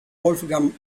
wolfgang